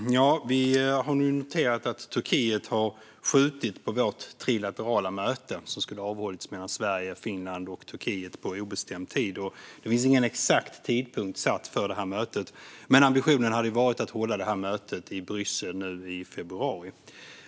Herr talman! Vi har noterat att Turkiet nu har skjutit på det trilaterala möte som skulle ha hållits mellan Sverige, Finland och Turkiet på obestämd tid. Det fanns ingen exakt tidpunkt satt för mötet, men ambitionen hade varit att hålla det i Bryssel i februari.